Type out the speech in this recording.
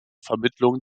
vermittlung